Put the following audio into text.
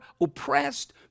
oppressed